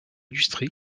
illustrés